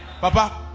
Papa